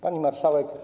Pani Marszałek!